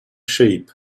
sheep